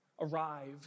arrive